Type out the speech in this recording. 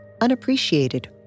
unappreciated